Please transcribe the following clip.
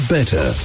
Better